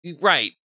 right